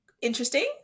interesting